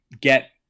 get